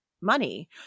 money